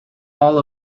all